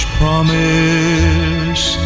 promise